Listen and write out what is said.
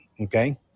okay